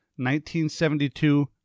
1972